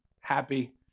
happy